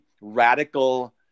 radical